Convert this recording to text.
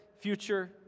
future